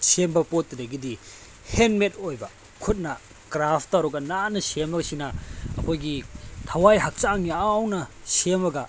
ꯁꯦꯝꯕ ꯄꯣꯠꯇꯨꯗꯒꯤꯗꯤ ꯍꯦꯟꯃꯦꯠ ꯑꯣꯏꯕ ꯈꯨꯠꯅ ꯀ꯭ꯔꯥꯐ ꯇꯧꯔꯒ ꯅꯥꯟꯅ ꯁꯦꯝꯕꯁꯤꯅ ꯑꯩꯈꯣꯏꯒꯤ ꯊꯋꯥꯏ ꯍꯛꯆꯥꯡ ꯌꯥꯎꯅ ꯁꯦꯝꯃꯒ